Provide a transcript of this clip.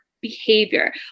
behavior